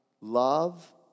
love